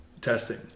testing